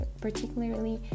particularly